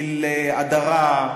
של הדרה,